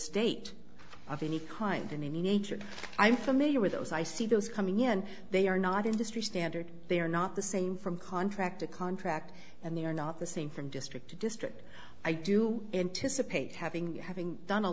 date of any kind in any nature i'm familiar with those i see those coming in they are not industry standard they are not the same from contract to contract and they are not the same from district to district i do anticipate having having done a